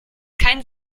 kein